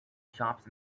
shops